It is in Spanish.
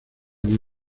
muy